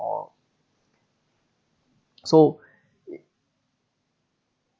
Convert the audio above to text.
or so uh